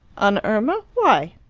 on irma? why?